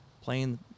playing